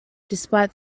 despite